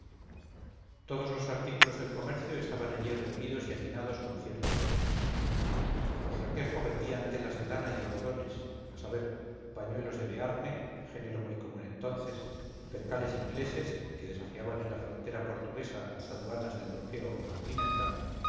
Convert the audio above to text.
todos los artículos del comercio estaban allí reunidos y hacinados con cierto orden los requejos vendían telas de lana y algodones a saber pañuelos del bearne género muy común entonces percales ingleses que desafiaban en la frontera portuguesa las aduanas del